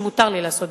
שמותר לי לעשות,